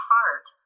Heart